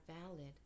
valid